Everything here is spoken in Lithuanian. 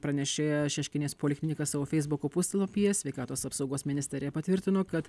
pranešė šeškinės poliklinika savo feisbuko puslapyje sveikatos apsaugos ministerija patvirtino kad